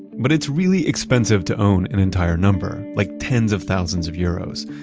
but it's really expensive to own an entire number, like tens of thousands of euros.